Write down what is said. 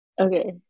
Okay